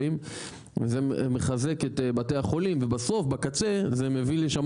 וזה מחזק את בתי החולים ובסוף בקצה זה מביא לשם